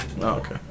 okay